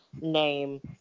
name